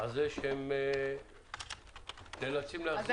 על כך שהם נאלצים להחזיר כסף?